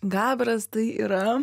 gabras tai yra